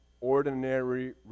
ordinary